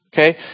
Okay